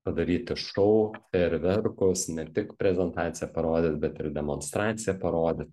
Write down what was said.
padaryti šou fejerverkus ne tik prezentaciją parodyt bet ir demonstraciją parodyt